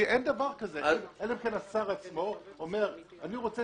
אין דבר כזה, אלא אם כן השר עצמו אומר: אני רוצה